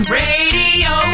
radio